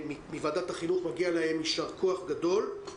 מוועדת החינוך מגיע להם ישר כוח גדול.